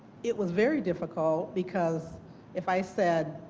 it was very difficult because if i said,